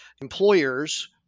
employers